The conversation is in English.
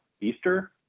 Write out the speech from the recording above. Easter